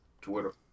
Twitter